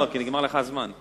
לא, כי נגמר לך הזמן.